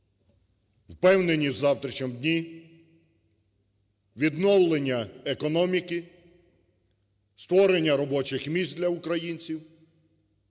впевненість у завтрашньому дні, відновлення економіки, створення робочих місць для українців,